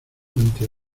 puente